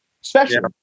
special